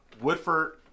Woodford